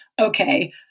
Okay